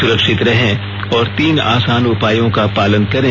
सुरक्षित रहें और तीन आसान उपायों का पालन करें